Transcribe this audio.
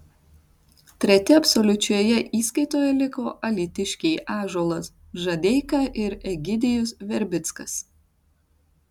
treti absoliučioje įskaitoje liko alytiškiai ąžuolas žadeika ir egidijus verbickas